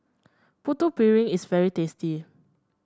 Putu Piring is very tasty